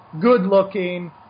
good-looking